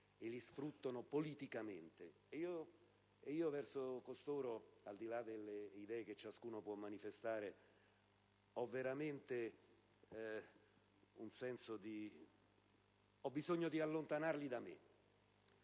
e li sfruttano politicamente, e io verso costoro, al di là delle idee che ciascuno può manifestare, provo il bisogno di allontanarli da me.